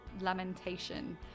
lamentation